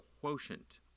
quotient